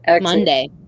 Monday